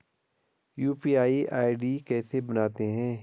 UPI ID कैसे बनाते हैं?